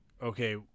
okay